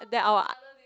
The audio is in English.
and then our